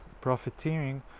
profiteering